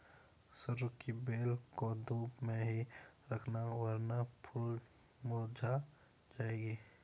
सरू की बेल को धूप में ही रखना वरना फूल मुरझा जाएगी